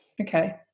Okay